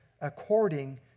according